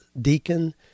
Deacon